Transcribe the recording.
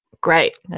Great